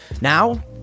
Now